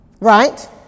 Right